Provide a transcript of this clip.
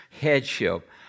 headship